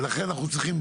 לכן, אנחנו צריכים